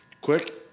quick